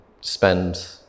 spend